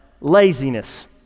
laziness